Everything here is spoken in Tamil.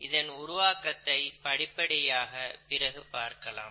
இதன் உருவாக்கத்தை படிப்படியாக பிறகு பார்க்கலாம்